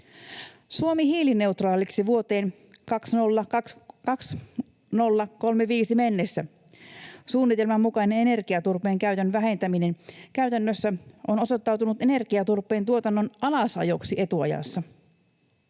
Suomi hiilineutraaliksi vuoteen 2035 mennessä ‑suunnitelman mukainen energiaturpeen käytön vähentäminen käytännössä on osoittautunut energiaturpeen tuotannon alasajoksi etuajassa.